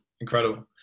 Incredible